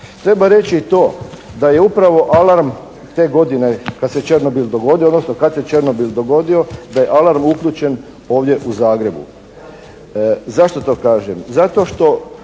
Treba reži i to da je upravo alarm te godine kad se Černobil dogodio odnosno kad se Černobil dogodio, da je alarm uključen ovdje u Zagrebu. Zašto to kažem? Zato što